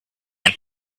and